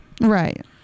Right